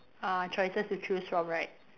uh choices to choose from right